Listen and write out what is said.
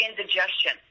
indigestion